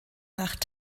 nach